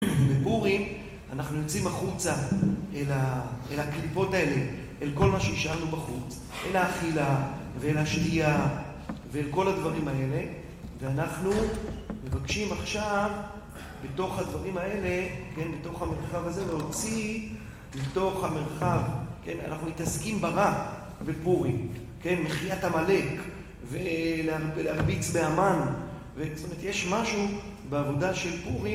בפורים אנחנו יוצאים החוצה אל הקליפות האלה, אל כל מה שהשלנו בחוץ, אל האכילה ואל השתייה ואל כל הדברים האלה, ואנחנו מבקשים עכשיו בתוך הדברים האלה, בתוך המרחב הזה, להוציא לתוך המרחב, אנחנו מתעסקים ברע בפורים, כן, מחיית עמלק ולהרביץ בהמן זאת אומרת, יש משהו בעבודה של פורים